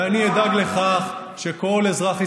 ואני אדאג לכך שכל אזרח ישראלי,